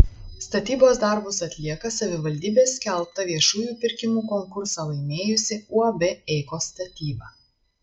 statybos darbus atlieka savivaldybės skelbtą viešųjų pirkimų konkursą laimėjusi uab eikos statyba